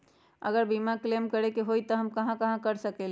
अगर बीमा क्लेम करे के होई त हम कहा कर सकेली?